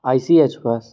आई C H के पास